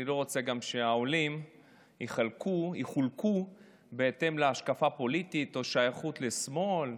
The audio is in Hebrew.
אני גם לא רוצה שהעולים יחולקו בהתאם להשקפה פוליטית או שייכות לשמאל,